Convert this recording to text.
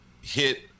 hit